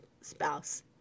spouse